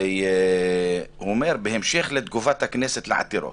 ובו הוא אומר: "בהמשך לתגובת הכנסת לעתירות".